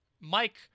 Mike